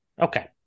okay